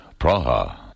Praha